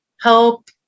help